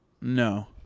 No